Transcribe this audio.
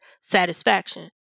satisfaction